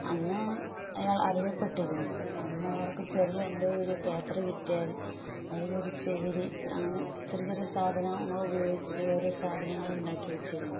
അന്ന് അയാൾ അറിയപ്പെട്ടിരുന്നില്ല അന്ന് അയാൾക്ക് ചെറിയ എന്തോ ഒരു പേപ്പറ് കിട്ടിയാൽ അല്ലെങ്കിൽ ഒരു ചവിരി അങ്ങനെ ചെറിയ ചെറിയ സാധനങ്ങൾ ഉപയോഗിച്ച് ഓരോ സാധനങ്ങളുണ്ടാക്കി വച്ചിരുന്നു